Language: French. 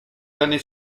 l’année